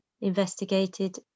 investigated